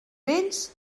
vells